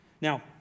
Now